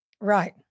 Right